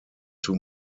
too